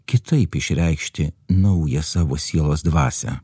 kitaip išreikšti naują savo sielos dvasią